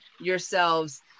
yourselves